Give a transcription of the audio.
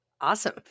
awesome